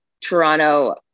Toronto